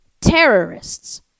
terrorists